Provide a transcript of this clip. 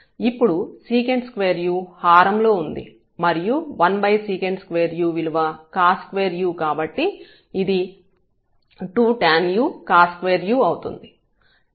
ఇప్పుడు see2u హారం లో ఉంది మరియు 1sec2u విలువ cos2u కాబట్టి ఇది 2 tanu cos2u అవుతుంది